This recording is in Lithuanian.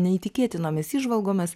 neįtikėtinomis įžvalgomis